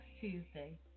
Tuesday